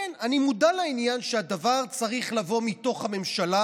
כן, אני מודע לעניין שהדבר צריך לבוא מתוך הממשלה,